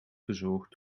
verzorgd